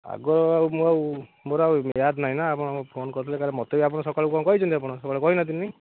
ଆଗ ଆଉ ମୁଁ ଆଉ ମୋର ଆଉ ନାହିଁ ନା ଆପଣଙ୍କୁ ଫୋନ୍ କରିଥିଲେ କାଳେ ମୋତେବି ଆପଣ ସକାଳୁ କ'ଣ କହିଛନ୍ତି ଆପଣ ସକାଳୁ କହିନାହାନ୍ତି